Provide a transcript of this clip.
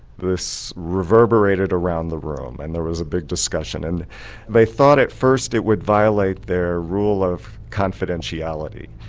this reverberated around the room and there was a big discussion and they thought at first it would violate their rule of confidentiality,